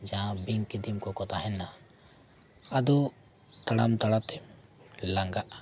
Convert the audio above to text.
ᱡᱟᱦᱟᱸ ᱵᱤᱧ ᱠᱤᱫᱤᱧ ᱠᱚᱠᱚ ᱛᱟᱦᱮᱱᱟ ᱟᱫᱚ ᱛᱟᱲᱟᱢ ᱛᱟᱲᱟᱛᱮᱢ ᱞᱟᱸᱜᱟᱜᱼᱟ